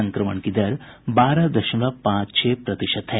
संक्रमण की दर बारह दशमलव पांच छह प्रतिशत है